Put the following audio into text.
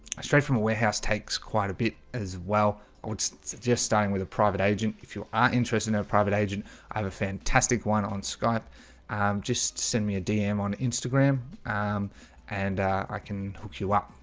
i straight from a warehouse takes quite a bit as well i would suggest staying with a private agent if you aren't interested in a private agent. i have a fantastic one on skype just send me a dm on instagram and i can hook you up.